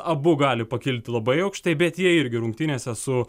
abu gali pakilti labai aukštai bet jie irgi rungtynėse su